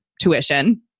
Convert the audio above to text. tuition